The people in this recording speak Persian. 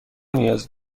نیاز